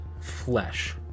flesh